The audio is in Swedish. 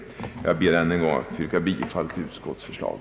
Jag ber, herr talman, att än en gång få yrka bifall till utskottets förslag.